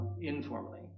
informally